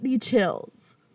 Chills